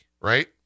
right